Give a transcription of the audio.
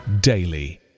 daily